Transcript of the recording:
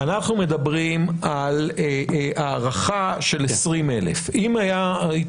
אנחנו מדברים על הערכה של 20,000. אם היית